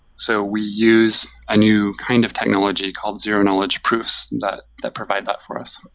so we use a new kind of technology called zero-knowledge proofs that that provide that for us